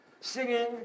singing